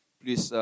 plus